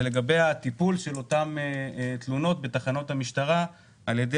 הנושא של הטיפול באותם תלונות בתחנות המשטרה על ידי